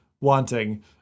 wanting